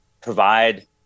provide